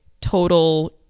total